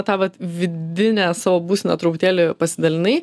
tą vat vidinę savo būseną truputėlį pasidalinai